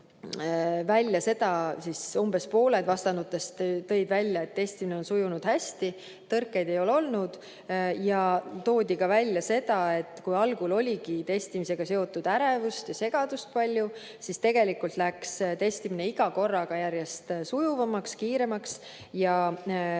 positiivne. Umbes pooled vastanutest tõid välja, et testimine on sujunud hästi, tõrkeid ei ole olnud. Ja toodi ka välja seda, et kui algul oligi testimistega seotud ärevust ja segadust palju, siis tegelikult läks testimine iga korraga järjest sujuvamaks, kiiremaks. Tagasisides